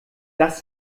das